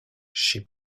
chez